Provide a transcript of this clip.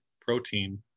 protein